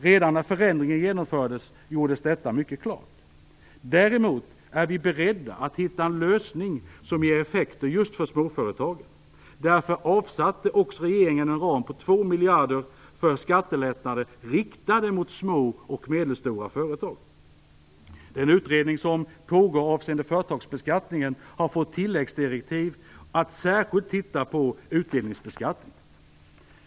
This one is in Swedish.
Redan när förändringen genomfördes gjordes detta mycket klart. Däremot är vi beredda att hitta en lösning som ger effekter just för småföretagen. Därför avsatte också regeringen en ram på två miljarder kronor för skattelättnader riktade mot små och medelstora företag. Den utredning som pågår avseende företagsbeskattningen har fått som tilläggsdirektiv att särskilt titta på utdelningsbeskattningen.